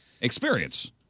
experience